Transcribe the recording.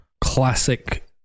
classic